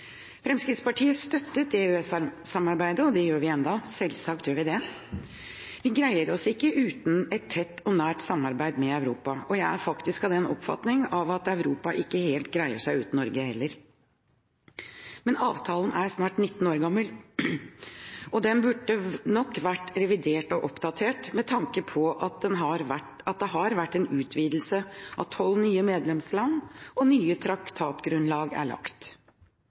Fremskrittspartiet støttet EØS-samarbeidet, og det gjør vi ennå – selvsagt gjør vi det. Vi greier oss ikke uten et tett og nært samarbeid med Europa, og jeg er faktisk av den oppfatning at Europa ikke helt greier seg uten Norge, heller. Men avtalen er snart 19 år gammel, og den burde nok vært revidert og oppdatert med tanke på at det har vært en utvidelse med tolv nye medlemsland, og nye traktatsgrunnlag er lagt.